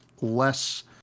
less